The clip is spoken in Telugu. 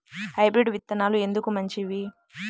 హైబ్రిడ్ విత్తనాలు ఎందుకు మంచివి?